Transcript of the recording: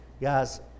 guys